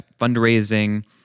fundraising